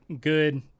good